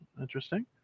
Interesting